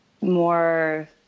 more